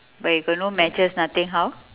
but you got no matches nothing how